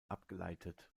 abgeleitet